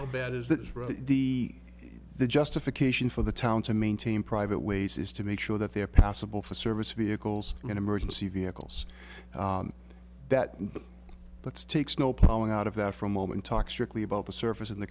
how bad is that the the justification for the town to maintain private ways is to make sure that they are passable for service vehicles and emergency vehicles that let's take snow plowing out of that from moment talk strictly about the surface in the